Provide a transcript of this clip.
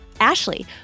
Ashley